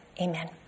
amen